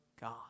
God